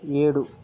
ఏడు